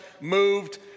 moved